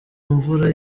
imvura